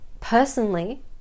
personally